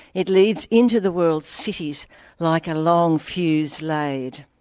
it leads into the world's cities like a long, fuse laid.